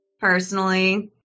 personally